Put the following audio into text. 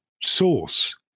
source